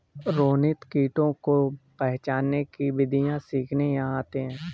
रोनित कीटों को पहचानने की विधियाँ सीखने यहाँ आया है